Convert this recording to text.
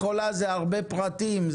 מכולה זה הרבה פרטים,